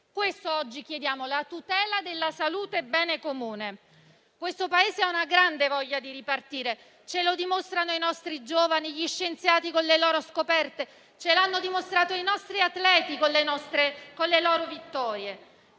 oggi chiediamo: la tutela della salute quale bene comune. Questo Paese ha una grande voglia di ripartire; lo dimostrano i nostri giovani, gli scienziati con le loro scoperte; l'hanno dimostrato i nostri atleti, con le loro vittorie.